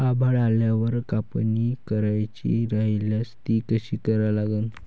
आभाळ आल्यावर कापनी करायची राह्यल्यास ती कशी करा लागन?